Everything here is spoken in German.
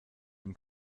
dem